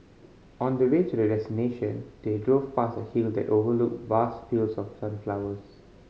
on the way to their destination they drove past a hill that overlooked vast fields of sunflowers